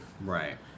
Right